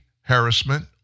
harassment